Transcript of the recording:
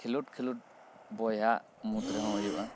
ᱠᱷᱮᱞᱳᱰ ᱠᱷᱮᱞᱳᱰ ᱵᱚᱭᱦᱟ ᱢᱩᱫᱽ ᱨᱮᱦᱚᱸ ᱦᱩᱭᱩᱜᱼᱟ